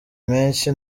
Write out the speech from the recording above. menshi